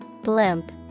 Blimp